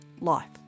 life